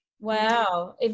Wow